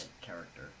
character